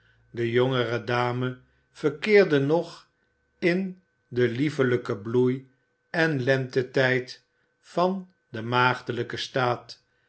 de jongere dame verkeerde nog in den liefelijker bloei en lentetijd van den maagdelijken staat